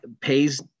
pays